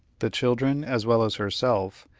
the children, as well as herself,